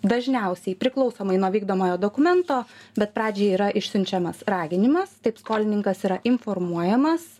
dažniausiai priklausomai nuo vykdomojo dokumento bet pradžioj yra išsiunčiamas raginimas taip skolininkas yra informuojamas